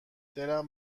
دلم